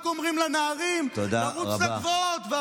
רק אומרים לנערים לרוץ לגבעות.